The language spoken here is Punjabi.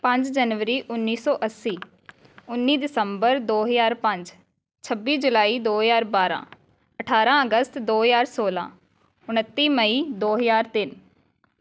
ਪੰਜ ਜਨਵਰੀ ਉੱਨੀ ਸੌ ਅੱਸੀ ਉੱਨੀ ਦਸੰਬਰ ਦੋ ਹਜ਼ਾਰ ਪੰਜ ਛੱਬੀ ਜੁਲਾਈ ਦੋ ਹਜ਼ਾਰ ਬਾਰ੍ਹਾਂ ਅਠਾਰ੍ਹਾਂ ਅਗਸਤ ਦੋ ਹਜ਼ਾਰ ਸੋਲ੍ਹਾਂ ਉਣੱਤੀ ਮਈ ਦੋ ਹਜ਼ਾਰ ਤਿੰਨ